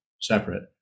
separate